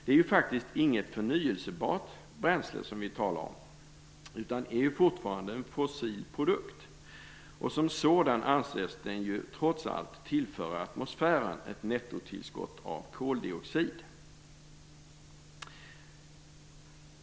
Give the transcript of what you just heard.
Det är faktiskt inget förnyelsebart bränsle som vi talar om, utan det är fortfarande en fossil produkt och som sådan anses den trots allt tillföra atmosfären ett nettotillskott av koldioxid.